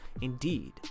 Indeed